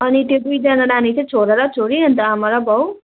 अनि त्यो दुईजना नानी चाहिँ छोरा र छोरी अन्त आमा र बाउ